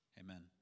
Amen